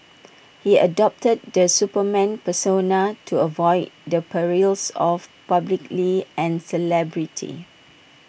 he adopted the Superman persona to avoid the perils of publicly and celebrity